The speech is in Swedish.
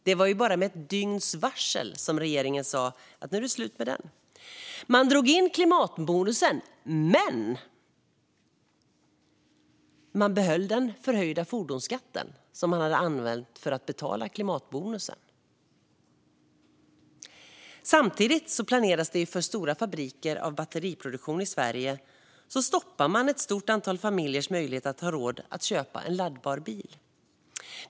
Med bara ett dygns varsel avskaffade regeringen klimatbonusen men behöll den förhöjda fordonsskatten, som använts för att bekosta klimatbonusen. Samtidigt som det planeras för stor batteriproduktion i Sverige stoppar regeringen många familjers möjlighet att ha råd att köpa en laddbar bil.